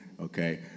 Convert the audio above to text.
Okay